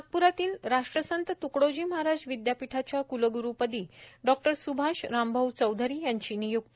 नागपूर इथल्या राष्ट्रसंत त्कडोजी महाराज विद्यापीठाच्या क्लग्रूपदी डॉक्टर स्भाष रामभाऊ चौधरी यांची निय्क्ती